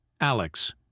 Alex